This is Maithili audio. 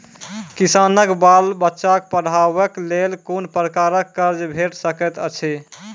किसानक बाल बच्चाक पढ़वाक लेल कून प्रकारक कर्ज भेट सकैत अछि?